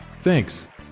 Thanks